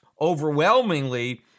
overwhelmingly